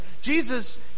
Jesus